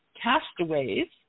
Castaways